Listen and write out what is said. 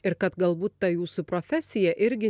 ir kad galbūt ta jūsų profesija irgi